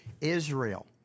Israel